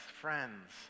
Friends